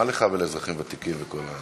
מה לך ולאזרחים ותיקים וכל,